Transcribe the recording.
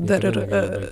dar ir